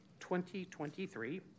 2023